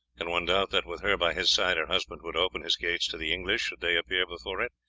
can one doubt that, with her by his side, her husband would open his gates to the english, should they appear before it?